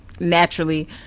naturally